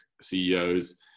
ceos